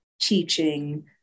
teaching